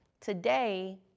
today